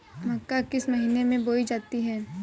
मक्का किस महीने में बोई जाती है?